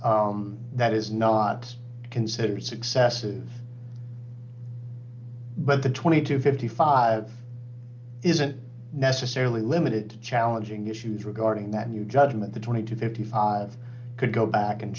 five that is not considered successes but the twenty to fifty five isn't necessarily limited challenging issues regarding that in your judgment the twenty to fifty five could go back and